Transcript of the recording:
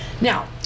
Now